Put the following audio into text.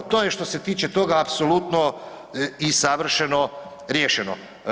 To je što se tiče toga apsolutno i savršeno riješeno.